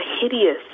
hideous